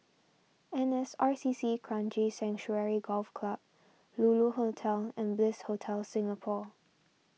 N S R C C Kranji Sanctuary Golf Club Lulu Hotel and Bliss Hotel Singapore